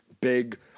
big